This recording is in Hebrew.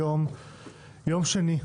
היום יום שני,